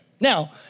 Now